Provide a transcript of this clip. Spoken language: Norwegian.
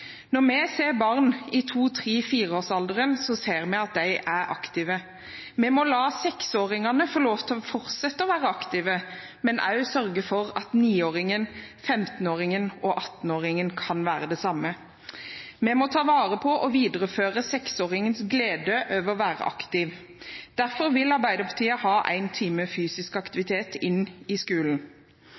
Når vi ser barn i to–tre–fire-årsalderen, ser vi at de er aktive. Vi må la seksåringene få lov til å fortsette å være aktive, men også sørge for at niåringene, femtenåringene og attenåringene kan være det samme. Vi må ta vare på og videreføre seksåringens glede over å være aktiv. Derfor vil Arbeiderpartiet ha én times fysisk aktivitet inn i skolen.